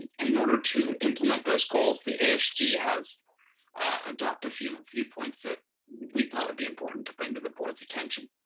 and in order to implement those goals, the ais, ah g has adopt a few few points that we thought would be important to bring to the board's attention.